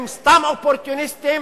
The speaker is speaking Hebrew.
הם סתם אופורטוניסטים,